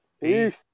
Peace